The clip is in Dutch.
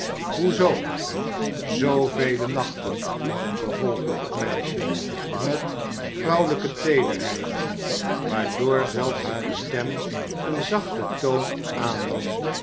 zoo zoovele nachten vervolgde het meisje met vrouwelijke tederheid waardoor zelfs hare stem een zachten toon aannam